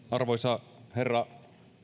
arvoisa herra